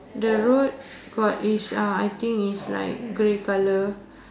the road got is ah I think is like grey colour